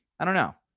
i don't know?